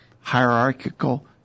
hierarchical